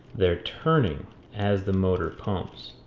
they are turning as the motor pumps.